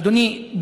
אדוני,